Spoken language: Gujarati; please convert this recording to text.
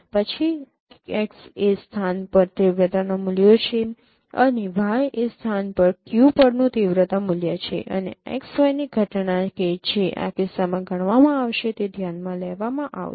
પછી 'x' એ સ્થાન 'p' પર તીવ્રતાના મૂલ્યો છે અને 'y' એ સ્થાન 'q' પરનું તીવ્રતા મૂલ્ય છે અને x y ની ઘટના કે જે આ કિસ્સામાં ગણવામાં આવશે તે ધ્યાન માં લેવામાં આવશે